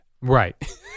Right